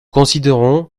considérons